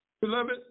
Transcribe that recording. Beloved